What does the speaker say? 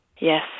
Yes